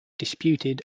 disputed